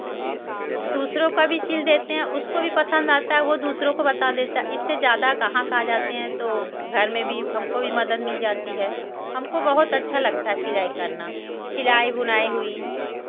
दूसरों का भी सिल देते हैं उसको भी पसंद आता है वो दूसरों को बता देता इससे ज़्यादा ग्राहक आ जाते हैं तो घर में भी हमको भी मदद मिल जाती है हमको बहुत अच्छा लगता है सिलाई करना सिलाई बुनाई हुई